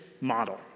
model